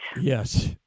yes